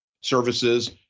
services